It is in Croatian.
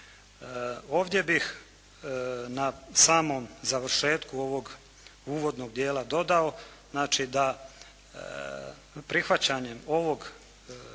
Ovdje bih na samom završetku ovog uvodnog dijela dodao znači da prihvaćanjem ovog